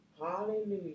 hallelujah